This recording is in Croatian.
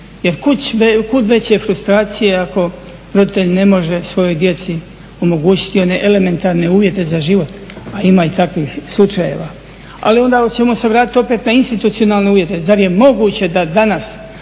jer kud veće frustracije ako roditelj ne može svojoj djeci omogućiti one elementarne uvjete za život, a ima i takvih slučajeva. Ali onda ćemo se vratiti opet na institucionalne uvjete. Zar je moguće da danas